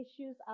issues